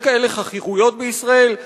יש כאלה חכירות בישראל?